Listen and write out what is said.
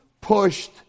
pushed